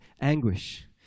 anguish